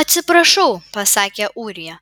atsiprašau pasakė ūrija